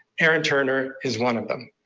aaron turner is one of them.